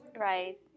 Right